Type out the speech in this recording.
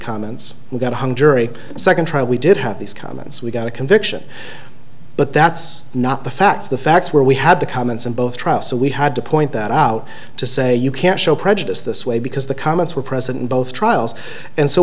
comments we got a hung jury a second trial we did have these comments we got a conviction but that's not the facts the facts were we had the comments in both trial so we had to point that out to say you can't show prejudice this way because the comments were present both trials and so